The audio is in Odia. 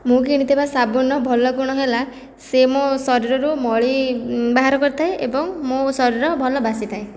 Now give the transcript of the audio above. ମୁଁ କିଣିଥିବା ସାବୁନର ଭଲ ଗୁଣ ହେଲା ସେ ମୋ ଶରୀରରୁ ମଳି ବାହାର କରିଥାଏ ଏବଂ ମୋ ଶରୀର ଭଲ ବାସିଥାଏ